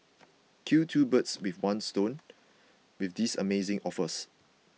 kill two birds with one stone with these amazing offers